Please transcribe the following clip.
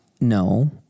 No